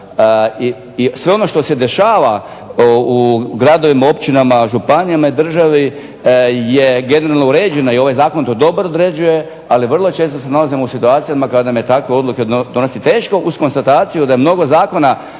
i sve ono što se dešava u gradovima, općinama, županijama i državi je generalno uređeno i ovaj zakon to dobro određuje, ali vrlo često se nalazimo u situacijama kad nam je takve odluke donesi teško, uz konstataciju da je mnogo zakona